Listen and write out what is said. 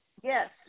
yes